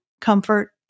comfort